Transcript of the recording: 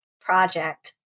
project